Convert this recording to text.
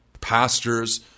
pastors